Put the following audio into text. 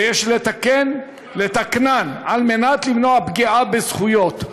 ויש לתקנן על מנת למנוע פגיעה בזכויות.